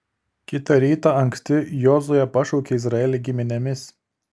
kitą rytą anksti jozuė pašaukė izraelį giminėmis